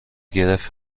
گرفت